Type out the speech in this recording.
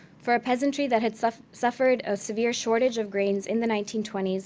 for a peasantry that had suffered suffered a severe shortage of grains in the nineteen twenty s,